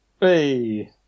Hey